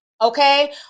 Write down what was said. okay